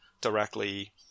directly